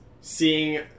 seeing